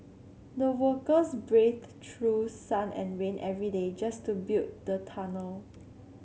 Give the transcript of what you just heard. the workers braved through sun and rain every day just to build the tunnel